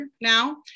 now